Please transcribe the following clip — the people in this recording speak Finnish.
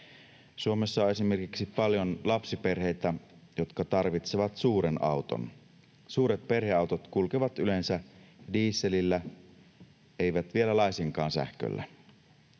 Suomessa on esimerkiksi paljon lapsiperheitä, jotka tarvitsevat suuren auton. Suuret perheautot kulkevat yleensä dieselillä, eivät vielä laisinkaan sähköllä.